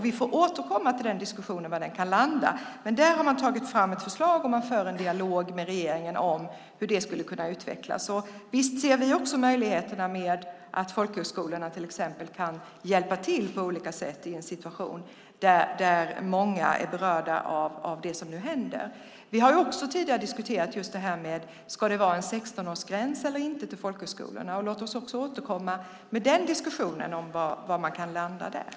Vi får återkomma till den diskussionen och se vad den landar i. Man har i alla fall tagit fram ett förslag och för en dialog med regeringen om hur det här skulle kunna utvecklas. Visst ser också vi möjligheten att folkhögskolorna till exempel på olika sätt hjälper till i en situation där många är berörda av det som nu händer. Tidigare har vi ju också diskuterat om det ska vara en 16-årsgräns eller inte beträffande folkhögskolorna. Låt oss återkomma också till diskussionen och se vad den landar i.